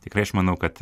tikrai aš manau kad